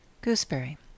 Gooseberry